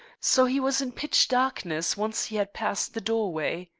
so he was in pitch darkness once he had passed the doorway.